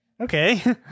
Okay